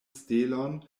stelon